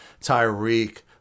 Tyreek